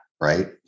right